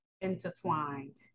intertwined